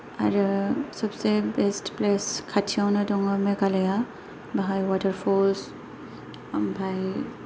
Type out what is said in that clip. आरो सबसे best place खाथियावनो दङ मेघालया बेहाय वातारफल्स ओम्फाय